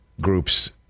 groups